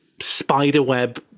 spiderweb